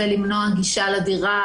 זה למנוע גישה לדירה,